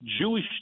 Jewish